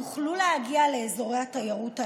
יוכלו להגיע לאזורי התיירות הללו.